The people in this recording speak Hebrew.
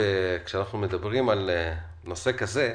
כשאנחנו מדברים על נושא כזה,